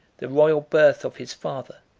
the royal birth of his father,